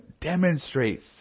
demonstrates